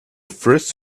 first